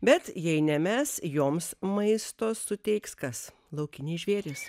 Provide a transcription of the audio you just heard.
bet jei ne mes joms maisto suteiks kas laukiniai žvėrys